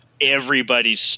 everybody's